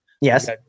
yes